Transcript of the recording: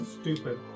Stupid